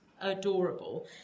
adorable